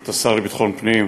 ברשות השר לביטחון הפנים,